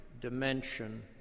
dimension